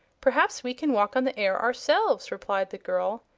perhaps we can walk on the air ourselves, replied the girl.